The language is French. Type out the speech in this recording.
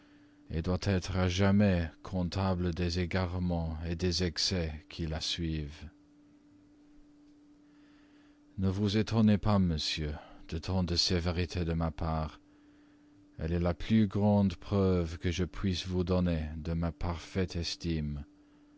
corruption doit être à jamais comptable des égarements des excès qui la suivent ne vous étonnez pas monsieur de tant de sévérité de ma part elle est la plus grande preuve que je puisse vous donner de ma parfaite estime